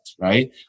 right